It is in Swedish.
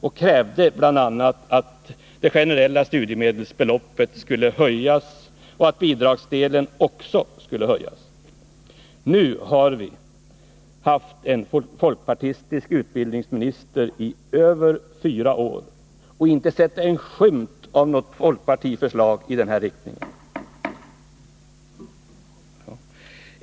Han krävde bl.a. att det generella studiemedelsbeloppet och bidragsdelen skulle höjas. Nu har vi haft en folkpartistiskt utbildningsminister i över fyra år och inte sett en skymt av något folkpartiförslag i den riktningen.